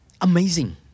amazing